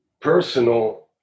personal